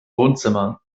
wohnzimmer